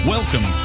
Welcome